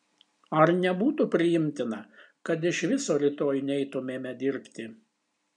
ar nebūtų priimtina kad iš viso rytoj neitumėme dirbti